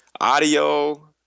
audio